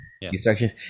instructions